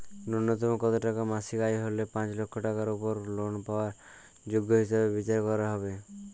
ন্যুনতম কত টাকা মাসিক আয় হলে পাঁচ লক্ষ টাকার উপর লোন পাওয়ার যোগ্য হিসেবে বিচার করা হবে?